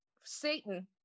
Satan